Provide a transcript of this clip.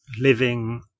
living